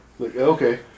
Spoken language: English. Okay